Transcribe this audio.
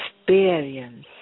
experience